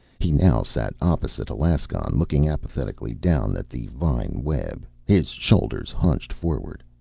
he now sat opposite alaskon, looking apathetically down at the vine-web, his shoulders hunched forward.